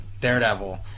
Daredevil